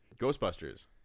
Ghostbusters